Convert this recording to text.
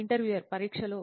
interviewer పరీక్షలో